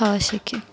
খাওয়া শেখে